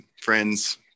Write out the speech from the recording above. friends